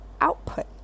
output